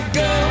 go